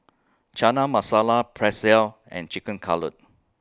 Chana Masala Pretzel and Chicken Cutlet